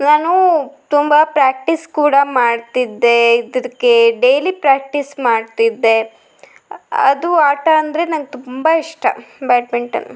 ನಾನು ತುಂಬ ಪ್ರಾಕ್ಟೀಸ್ ಕೂಡ ಮಾಡ್ತಿದ್ದೆ ಇದಕ್ಕೆ ಡೈಲಿ ಪ್ರಾಕ್ಟೀಸ್ ಮಾಡ್ತಿದ್ದೆ ಅದು ಆಟ ಅಂದ್ರೆ ನಂಗ್ ತುಂಬ ಇಷ್ಟ ಬ್ಯಾಡ್ಮಿಂಟನ್